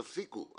תפסיקו.